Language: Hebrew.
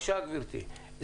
גברתי,